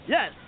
Yes